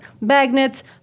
magnets